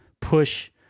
push